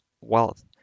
wealth